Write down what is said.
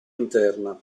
interna